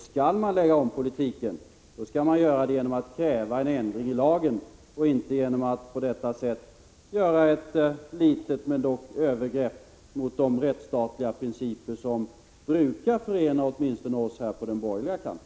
Skall man lägga om politiken, skall man göra det genom att kräva en ändring i lagen och inte genom att på detta sätt göra ett, låt vara litet, övergrepp mot de rättsstatliga principer som brukar förena åtminstone oss på den borgerliga kanten.